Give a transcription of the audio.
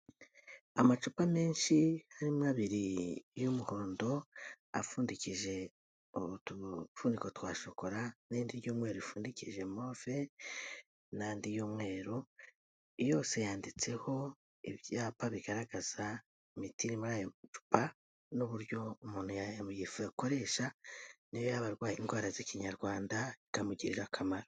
Amacupa menshi harimo abiri y'umuhondo apfundikije utufundiko twa shokora, n'irindi ry'umweru ripfundikije move n'andi y'umweru. Yose yanditseho ibyapa bigaragaza imiti iri muri ayo macupa, n'uburyo umuntu yayakoresha niyo yaba arwaye indwara z'ikinyarwanda bikamugirira akamaro.